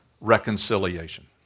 reconciliation